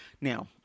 Now